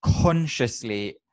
consciously